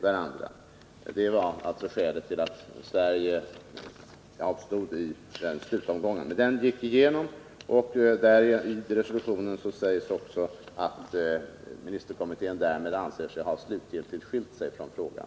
Sverige avstod alltså i slutomgången, men resolutionen gick igenom, och där sägs också att ministerkommittén därmed anser sig ha slutgiltigt skilt sig från frågan.